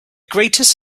greatest